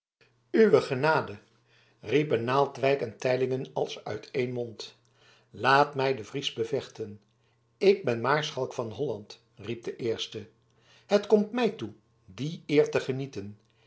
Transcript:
uwe genade riepen naaldwijk en teylingen als uit één mond laat mij den fries bevechten ik ben maarschalk van holland riep de eerste het komt mij toe die eer te genieten